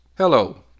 Hello